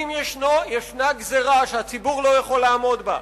אם ישנה גזירה שהציבור לא יכול לעמוד בה,